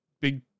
big